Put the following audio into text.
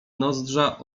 nozdrza